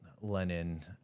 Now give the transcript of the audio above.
Lenin